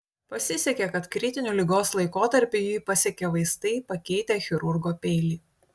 pasisekė kad kritiniu ligos laikotarpiu jį pasiekė vaistai pakeitę chirurgo peilį